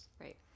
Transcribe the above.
Right